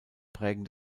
prägen